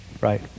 right